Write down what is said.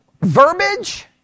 verbiage